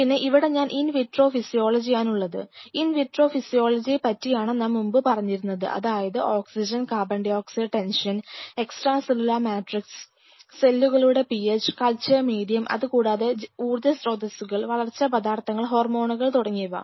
പിന്നെ ഇവിടെ in vitro ഫിസിയോളജിയാനുള്ളത് ഇൻവിട്രോ ഫിസിയോളജിയെപ്പറ്റിയാണ് നാം മുൻപ് പറഞ്ഞിരുന്നത് അതായത് oxygen carbon dioxide tension extra cellular matrix സെല്ലുകളുടെ PH കൾച്ചർ മീഡിയം അതുകൂടാതെ ഊർജ്ജ സ്രോതസ്സുകൾ വളർച്ച പദാർഥങ്ങൾ ഹോർമോണുകൾ തുടങ്ങിയവ